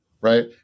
right